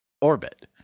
orbit